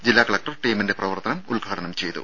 ജില്ലാ കളക്ടർ ടീമിന്റെ പ്രവർത്തനം ഉദ്ഘാടനം ചെയ്തു